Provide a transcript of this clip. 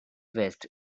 west